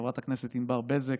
חברת הכנסת ענבר בזק,